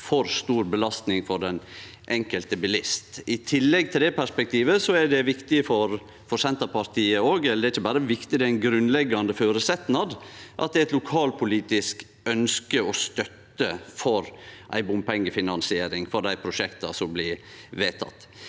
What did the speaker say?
for stor belastning for den enkelte bilist. I tillegg til dette perspektivet er det viktig for Senterpartiet – det er ikkje berre viktig, det er ein grunnleggjande føresetnad – at det er eit lokalpolitisk ønske om og støtte for ei bompengefinansiering for dei prosjekta som blir vedtekne.